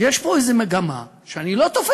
יש פה איזו מגמה שאני לא תופס.